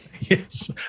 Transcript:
Yes